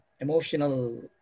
emotional